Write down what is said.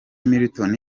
milton